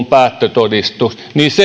päättötodistus